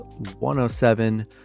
107